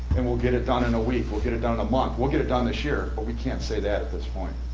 and we'll get it done in a week, we'll get it done in a month, we'll get it done this year, but we can't say that at this point.